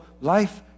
life